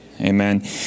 Amen